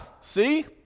see